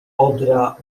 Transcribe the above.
odra